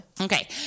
Okay